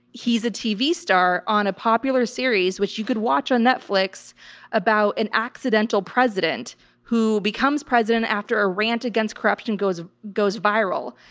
he's a tv star on a popular series which you could watch on netflix about an accidental president who becomes president after a rant against corruption goes, goes viral.